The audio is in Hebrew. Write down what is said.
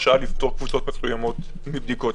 הרשאה לפטור קבוצות מסוימות מבדיקות,